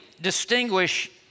distinguish